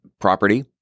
property